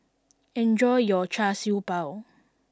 enjoy your Char Siew B ao